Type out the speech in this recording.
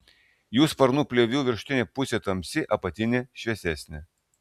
jų sparnų plėvių viršutinė pusė tamsi apatinė šviesesnė